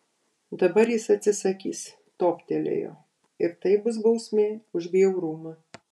dabar jis atsisakys toptelėjo ir tai bus bausmė už bjaurumą